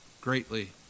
greatly